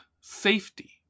safety